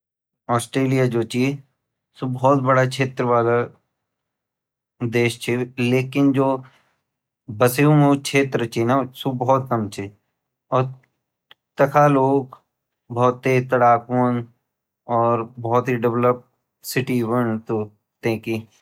ऑस्ट्रेलिया जु ची ऊ बहुत बडु चैत्र वाला देश ची लेकिन जू बस्युं चैत्र ची ना ऊ भोत कम ची और ताखा लोग भोत तेज़-तड़क वन अर भोत डेवलप सिटी वोन्दि तेकी।